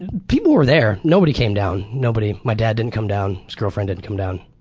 people were there, nobody came down. nobody. my dad didn't come down, his girlfriend didn't come down,